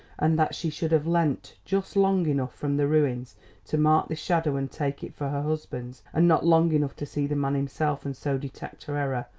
and that she should have leant just long enough from the ruins to mark this shadow and take it for her husband's and not long enough to see the man himself and so detect her error,